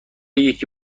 یکی